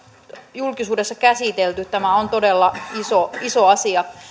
julkisuudessa käsitelty tämä on todella iso iso asia